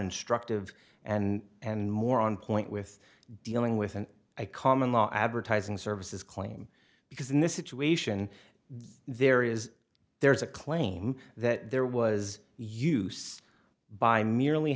instructive and more on point with dealing with an eye common law advertising services claim because in this situation there is there is a claim that there was use by merely